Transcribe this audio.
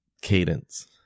cadence